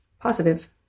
positive